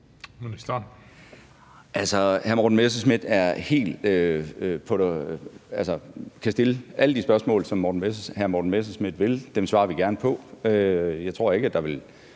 Bødskov): Altså, hr. Morten Messerschmidt kan stille alle de spørgsmål, som hr. Morten Messerschmidt vil. Dem svarer vi gerne på. Jeg tror ikke, der vil